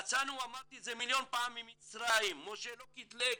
אמרתי מיליון פעם, יצאנו ממצרים, משה לא קיטלג,